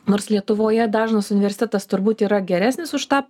nors lietuvoje dažnas universitetas turbūt yra geresnis už tą